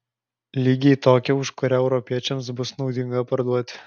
lygiai tokią už kurią europiečiams bus naudinga parduoti